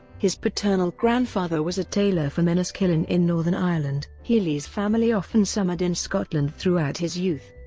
his paternal grandfather was a tailor from enniskillen in northern ireland. healey's family often summered in scotland throughout his youth.